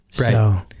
Right